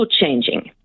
changing